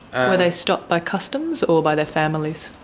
and were they stopped by customs or by their families?